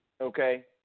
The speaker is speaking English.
Okay